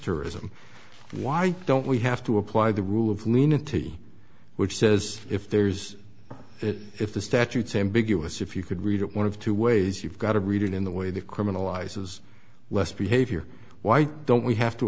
tourism why don't we have to apply the rule of meaning to me which says if there's if the statutes ambiguous if you could read it one of two ways you've got to read it in the way that criminalizes less behavior why don't we have to